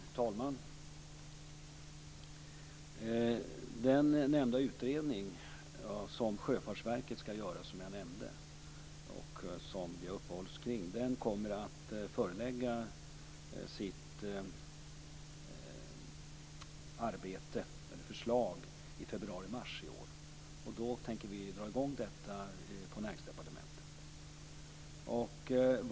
Fru talman! Förslaget från den utredning som Sjöfartsverket skall göra och som jag nämnde och som vi har uppehållit oss vid kommer att läggas fram i februari eller mars i år, och då tänker vi dra i gång detta på Näringsdepartementet.